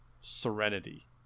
serenity